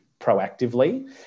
proactively